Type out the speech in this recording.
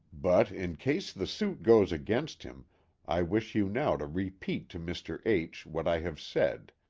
but in case the suit goes against him i wish you now to repeat to mr. h what i have said,